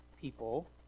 people